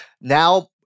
now